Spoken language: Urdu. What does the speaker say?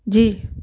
جی